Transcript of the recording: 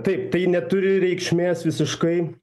taip tai neturi reikšmės visiškai